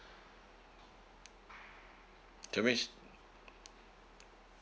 that means